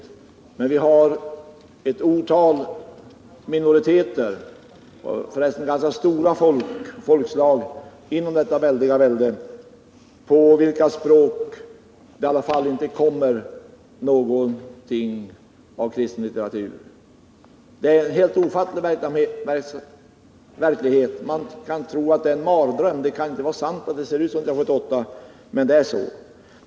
Det finns en mängd minoriteter och ett antal ganska stora folkslag inom detta vidsträckta välde, och på deras olika språk kommer det inte ut någon kristen litteratur. Det är en helt ofattlig verklighet. Man kan tro att det Nr 52 är en mardröm, det kan inte vara sant att det ser ut så 1978 — men det är så.